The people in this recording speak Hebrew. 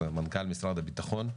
זה מנכ"ל משרד הביטחון,